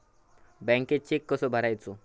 बँकेत चेक कसो भरायचो?